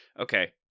okay